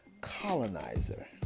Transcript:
colonizer